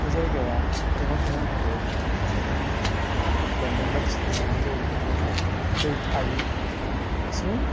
बे जायगाया मैगं थाइगंनि थाखै मैगं बेन्दों बायदिसिना गायनाय जायोब्ला बावहाय दै थायि एसे